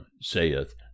saith